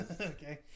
okay